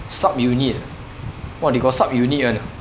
sub unit ah !wah! they got sub unit [one] ah